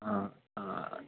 हा हा हा